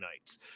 nights